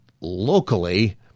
locally